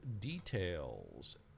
details